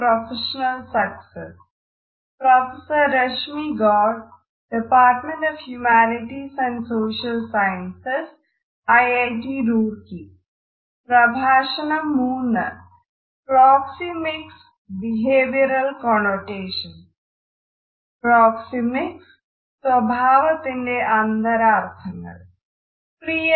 പ്രിയരേ